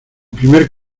primer